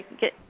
get